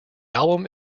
album